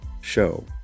show